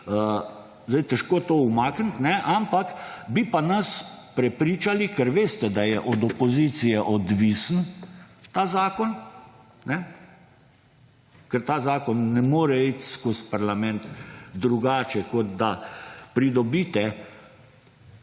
je težko to umakniti, ampak bi pa nas prepričali, ker veste, da je od opozicije odvisen ta zakon, ker ta zakon ne more iti skozi parlament drugače kot da pridobite